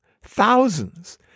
Thousands